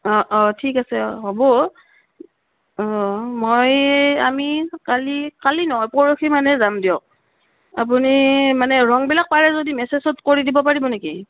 অঁ অঁ ঠিক আছে হ'ব অঁ মই আমি কালি কালি নহয় পৰহি মানে যাম দিয়ক আপুনি মানে ৰঙবিলাক পাৰে যদি মেছেজত কৰি দিব পাৰিব নেকি